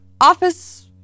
office